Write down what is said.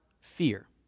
fear